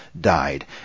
died